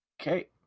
Okay